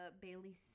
Bailey